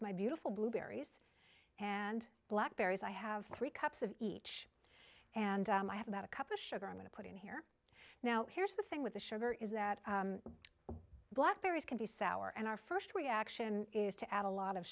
my beautiful blueberries and blackberries i have three cups of each and i have about a cup of sugar i'm going to put in here now here's the thing with the sugar is that black berries can be sour and our first reaction is to add a lot of